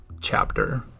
chapter